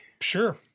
Sure